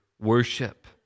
worship